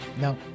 No